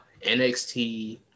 NXT